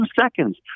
seconds